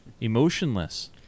emotionless